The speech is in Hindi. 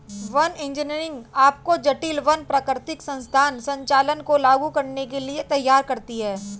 वन इंजीनियरिंग आपको जटिल वन और प्राकृतिक संसाधन संचालन को लागू करने के लिए तैयार करती है